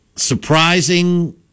surprising